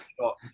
shot